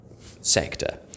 sector